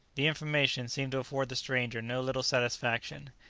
the information seemed to afford the stranger no little satisfaction,